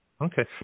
Okay